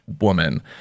woman